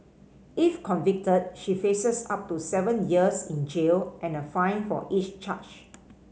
if convicted she faces up to seven years in jail and a fine for each charge